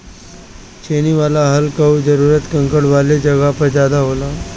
छेनी वाला हल कअ जरूरत कंकड़ वाले जगह पर ज्यादा होला